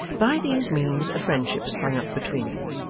by these means a friendship sprung up between them.